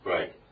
Right